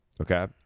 Okay